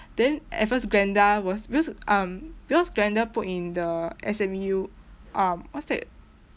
then at first glenda was because um because glenda put in the S_M_U uh what's that